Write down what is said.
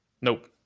Nope